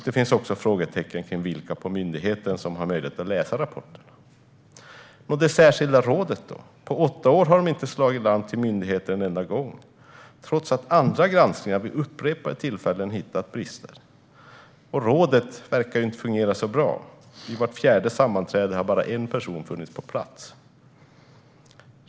Det finns också frågetecken om vilka på myndigheten som har möjlighet att läsa rapporterna. Om det särskilda rådet kan vi i DN läsa att det på åtta år inte har slagit larm till myndigheten en enda gång trots att andra granskningar vid upprepade tillfällen har hittat allvarliga brister. Rådet verkar inte fungera så bra, för vid vart fjärde sammanträde har bara en person funnits på plats.